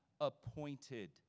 appointed